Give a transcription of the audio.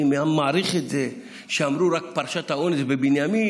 אני גם מעריך את זה שאמרו רק: פרשת האונס בבנימין,